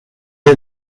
est